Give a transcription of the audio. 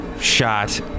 shot